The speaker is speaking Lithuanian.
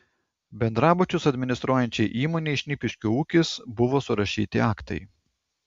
bendrabučius administruojančiai įmonei šnipiškių ūkis buvo surašyti aktai